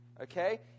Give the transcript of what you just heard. Okay